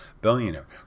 billionaire